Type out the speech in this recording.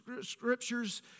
scriptures